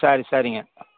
சரி சரிங்க